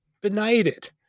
benighted